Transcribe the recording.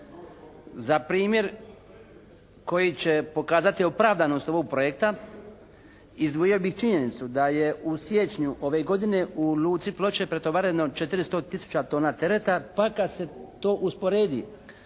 Za primjer koji će pokazati opravdanost ovog projekta izdvojio bih činjenicu da je u siječnju ove godine u luci Ploče pretovareno 400 tisuća tona tereta pa kad se to usporedi